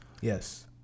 Yes